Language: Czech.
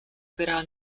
která